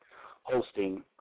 hosting